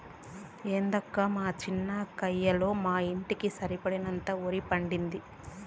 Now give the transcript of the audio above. ఏందక్కా మా చిన్న కయ్యలో మా ఇంటికి సరిపడేంత ఒరే పండేది